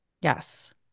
Yes